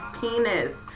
penis